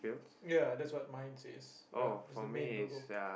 ya that's what mine says ya it's the main logo